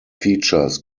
features